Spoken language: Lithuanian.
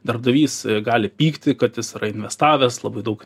darbdavys gali pykti kad jis yra investavęs labai daug